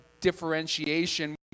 differentiation